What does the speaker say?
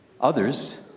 Others